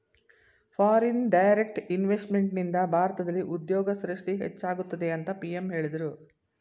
foreign direct ಇನ್ವೆಸ್ತ್ಮೆಂಟ್ನಿಂದ ಭಾರತದಲ್ಲಿ ಉದ್ಯೋಗ ಸೃಷ್ಟಿ ಹೆಚ್ಚಾಗುತ್ತದೆ ಅಂತ ಪಿ.ಎಂ ಹೇಳಿದ್ರು